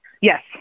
Yes